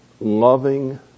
loving